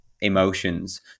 emotions